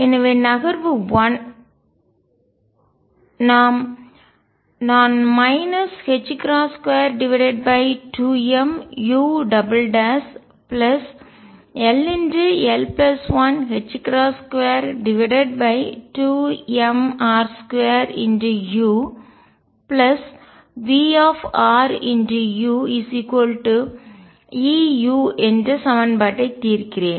எனவே நகர்வு 1 நான் 22mull122mr2uVruEu என்ற சமன்பாட்டை தீர்க்கிறேன்